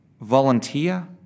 Volunteer